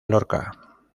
lorca